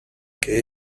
que